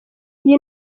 iyi